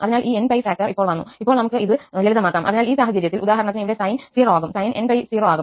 അതിനാൽ ഈ 𝑛𝜋 ഫാക്ടർ ഇപ്പോൾ വന്നു അപ്പോൾ നമുക്ക് ഇത് സിംപ്ളൈഫ്യ്മക്കാം അതിനാൽ ഈ സാഹചര്യത്തിൽ ഉദാഹരണത്തിന് ഇവിടെ സൈൻ 0 ആകും സൈൻ 𝑛𝜋 0 ആകും